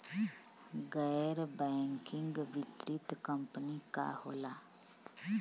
गैर बैकिंग वित्तीय कंपनी का होला?